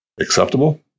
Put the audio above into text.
acceptable